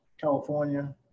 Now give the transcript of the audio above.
California